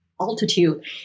altitude